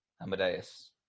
Amadeus